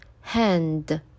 hand